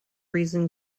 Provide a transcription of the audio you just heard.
reason